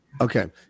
Okay